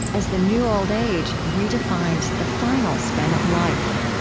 as the new old age redefines the final span of life?